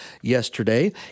yesterday